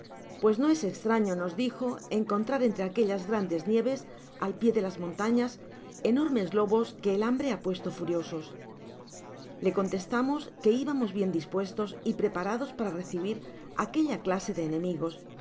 pues no es estraño nos dijo encontrar entre aquellas grandes nieves al pió de las montañas enormes lobos que el hambre ha puesto furiosos le contestamos que íbamos bien dispuestos y preparados para recibir aquella clase de enemigos